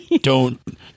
Don't-